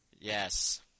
Yes